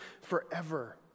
forever